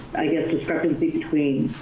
i guess discrepancies between